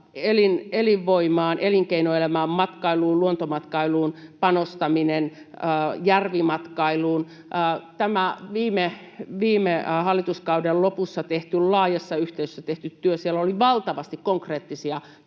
elinvoimaan, elinkeinoelämään, matkailuun, luontomatkailuun ja järvimatkailuun panostaminen — tässä viime hallituskauden lopussa laajassa yhteistyössä tehdyssä työssä oli valtavasti konkreettisia